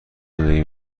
زندگی